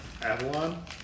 Avalon